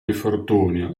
infortunio